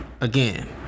again